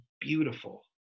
beautiful